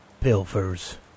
pilfers